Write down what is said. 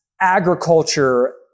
agriculture